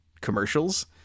commercials